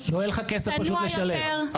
צנוע יותר,